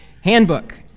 Handbook